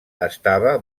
estava